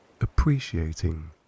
appreciating